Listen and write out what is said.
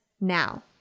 now